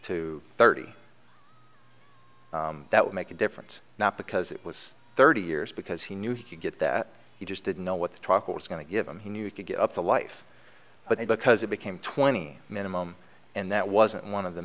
to thirty that would make a difference not because it was thirty years because he knew he could get that he just didn't know what the talk was going to give him he knew he could get up to life but because it became twenty minimum and that wasn't one of the